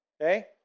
okay